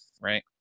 right